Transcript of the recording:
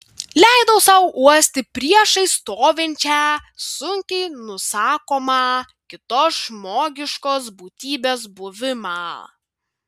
leidau sau uosti priešais stovinčią sunkiai nusakomą kitos žmogiškos būtybės buvimą